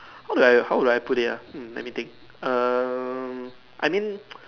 how do I how do I put it ah hmm let me think um I mean